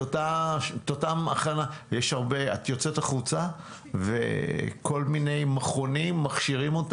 כל מיני מכונים מכשירים,